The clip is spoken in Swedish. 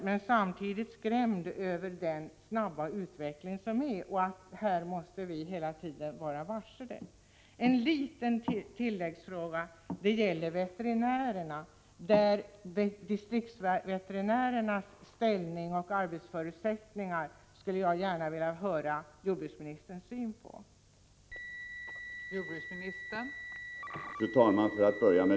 Men jag är samtidigt skrämd av den snabba utveckling som sker. Vi måste hela tiden ge akt på denna utveckling. Slutligen skulle jag gärna vilja höra vad jordbruksministern har för synpunkter när det gäller distriktsveterinärernas ställning och deras förutsättningar att arbeta.